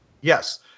yes